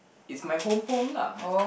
it's my home home lah